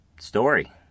story